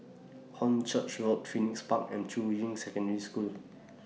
Hornchurch Road Phoenix Park and Juying Secondary School